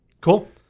Cool